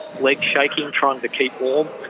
legs shaking, trying to keep warm.